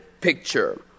picture